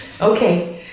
Okay